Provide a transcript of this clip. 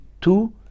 two